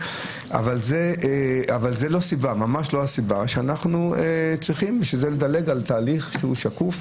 אבל זאת ממש לא הסיבה שאנחנו צריכים בשבילה לדלג על תהליך שקוף,